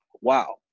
wow